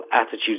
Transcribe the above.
attitude